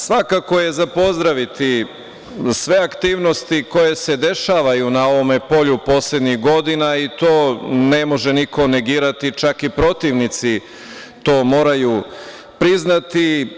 Svakako je za pozdraviti sve aktivnosti koje se dešavaju na ovome polju poslednjih godina i to ne može niko negirati, čak i protivnici to moraju priznati.